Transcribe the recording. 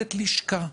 מנהלת לשכה,